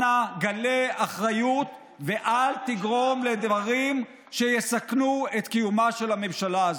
אנא גלה אחריות ואל תגרום לדברים שיסכנו את קיומה של הממשלה הזו.